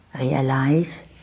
Realize